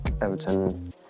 Everton